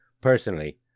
personally